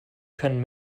können